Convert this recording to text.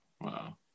Wow